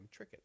Trickett